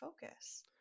focus